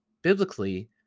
Biblically